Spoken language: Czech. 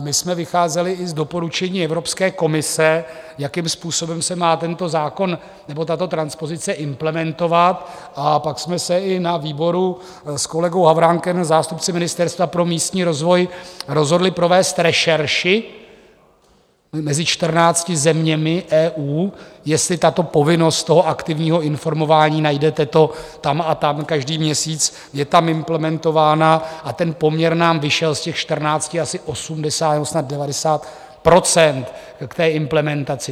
My jsme vycházeli i z doporučení Evropské komise, jakým způsobem se má tento zákon nebo tato transpozice implementovat, a pak jsme se i na výboru s kolegou Havránkem a zástupci Ministerstva pro místní rozvoj rozhodli provést rešerši mezi čtrnácti zeměmi EU, jestli tato povinnost toho aktivního informování najdete to tam a tam každý měsíc je tam implementována, a ten poměr nám vyšel z těch čtrnácti asi 80 nebo snad 90 % k té implementaci.